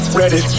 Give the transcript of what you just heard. ready